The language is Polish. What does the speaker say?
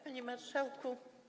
Panie Marszałku!